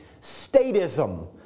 statism